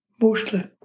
mostly